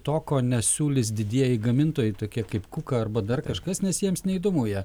to ko nesiūlys didieji gamintojai tokie kaip kuka arba dar kažkas nes jiems neįdomu jie